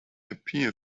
appear